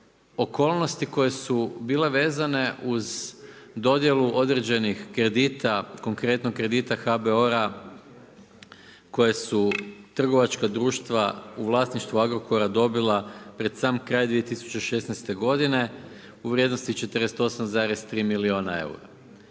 okolnosti koje su bile vezane uz dodjelu određenih kredita, konkretno kredita HBOR-a koje su trgovačka društva u vlasništvu Agrokora dobila pred sam kraj 2016. godine u vrijednosti 48,3 milijuna eura.